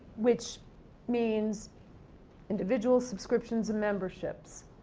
which means individual subscriptions and memberships,